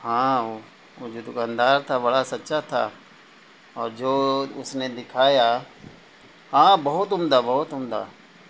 ہاں وہ جو دکاندار تھا بڑا سچا تھا اور جو اس نے دکھایا ہاں بہت عمدہ بہت عمدہ